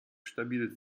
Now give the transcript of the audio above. stabil